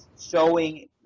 showing